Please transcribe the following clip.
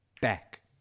back